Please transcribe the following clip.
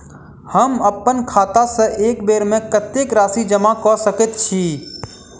हम अप्पन खाता सँ एक बेर मे कत्तेक राशि जमा कऽ सकैत छी?